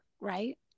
right